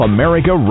America